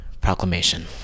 Proclamation